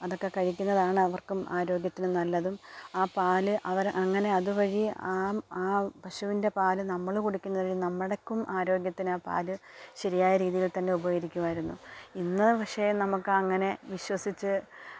അതൊക്കെ കഴിക്കുന്നതാണ് അവർക്കും ആരോഗ്യത്തിന് നല്ലതും ആ പാല് അവർ അങ്ങനെ അതുവഴി ആ ആ പശുവിൻ്റെ പാല് നമ്മള് കുടിക്കുന്നതിൽ നമ്മുടക്കും ആരോഗ്യത്തിന് ആ പാല് ശരിയായ രീതിയിൽ തന്നെ ഉപകരിക്കുമായിരുന്നു ഇന്ന് പക്ഷെ നമുക്കങ്ങനെ വിശ്വസിച്ച്